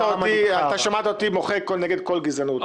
אתה שמעת אותי מוחה כנגד כל גזענות,